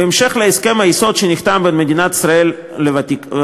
בהמשך להסכם היסוד שנחתם בין מדינת ישראל והוותיקן,